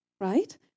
right